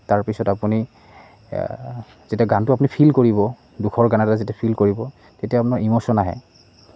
তাৰপিছত আপুনি যেতিয়া গানটো আপুনি ফিল কৰিব দুখৰ গান এটা যেতিয়া ফিল কৰিব তেতিয়া আপোনাৰ ইমশ্যন আহে